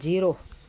zero